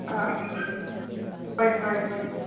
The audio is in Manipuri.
ꯑꯥ ꯑꯥ ꯍꯣꯏ ꯍꯣꯏ ꯍꯣꯏ